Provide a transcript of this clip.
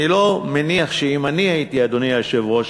אני לא מניח שאם אני הייתי, אדוני היושב-ראש,